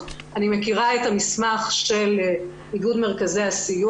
מה שאני כן יכולה להגיד זה שאנחנו תומכים במרכזי הסיוע